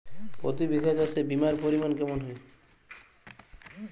প্রতি বিঘা চাষে বিমার পরিমান কেমন হয়?